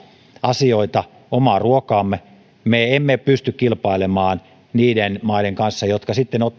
asioita omaa ruokaamme me emme pysty kilpailemaan niiden maiden kanssa jotka